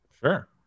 Sure